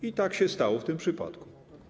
I tak się stało w tym przypadku.